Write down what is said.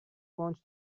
wants